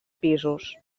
pisos